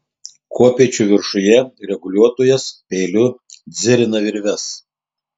kopėčių viršuje reguliuotojas peiliu dzirina virves